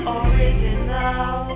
original